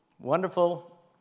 Wonderful